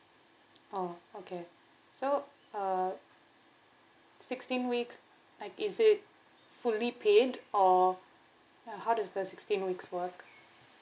oh okay so uh sixteen weeks like is it fully paid or uh how does the sixteen weeks work